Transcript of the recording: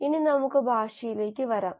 ഇനി നമുക്ക് ഭാഷയിലേക്ക് വരാം